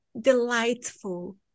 delightful